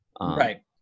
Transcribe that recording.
Right